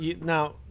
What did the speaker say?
now